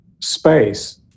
space